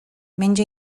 menja